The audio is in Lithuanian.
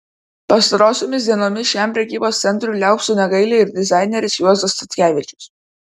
pastarosiomis dienomis šiam prekybos centrui liaupsių negaili ir dizaineris juozas statkevičius